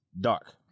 Dark